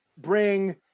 bring